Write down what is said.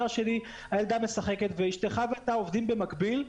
השני הילדה משחקת ואשתך ואתה עובדים במקביל,